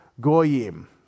Goyim